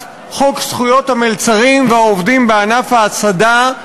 חוק זכויות המלצרים והעובדים בענף ההסעדה,